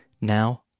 Now